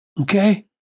Okay